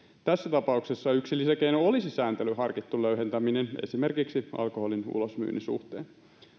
tässä tapauksessa yksi lisäkeino olisi sääntelyn harkittu löyhentäminen esimerkiksi alkoholin ulosmyynnin suhteen